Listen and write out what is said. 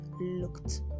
looked